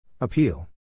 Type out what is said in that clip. Appeal